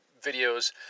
videos